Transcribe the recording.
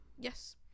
Yes